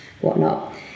whatnot